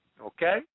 Okay